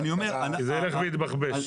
כי זה ילך ויתבחבש.